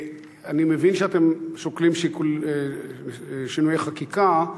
אני מבין שאתם שוקלים שינויי חקיקה.